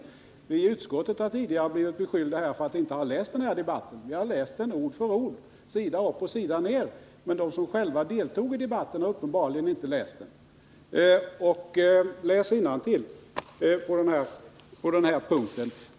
Vi som tillhör utskottet har tidigare blivit beskyllda för att inte ha studerat den debatt det gäller, men vi har läst den ord för ord, sida upp och sida ner. De som själva deltog i debatten har dock uppenbarligen inte gjort det.